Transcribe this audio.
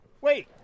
Wait